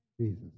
Jesus